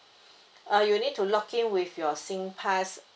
uh you'll need to login with your SingPass